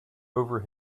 over